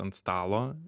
ant stalo